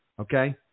okay